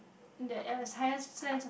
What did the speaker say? there is higher sense of